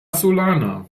solana